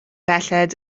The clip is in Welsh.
belled